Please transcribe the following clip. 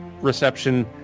reception